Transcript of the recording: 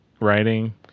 Writing